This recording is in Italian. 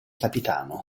capitano